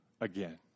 again